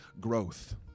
growth